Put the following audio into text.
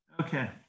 Okay